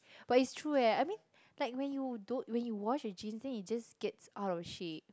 but it's true eh I mean like when you don't when you wash your jeans then it just gets out of shape